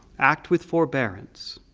act with forbearance,